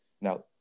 Now